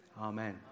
Amen